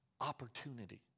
opportunity